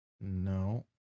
No